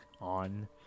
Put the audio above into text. on